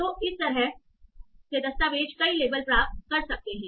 तो इस तरह से दस्तावेज़ कई लेबल प्राप्त कर सकते हैं